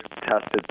tested